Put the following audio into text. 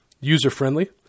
user-friendly